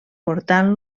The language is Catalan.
portant